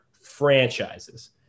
franchises